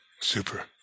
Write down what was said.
super